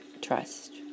trust